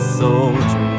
soldier